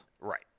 Right